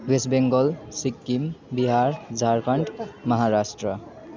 West Bengal Sikkim Bihar Jharkhand Maharashtra